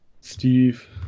Steve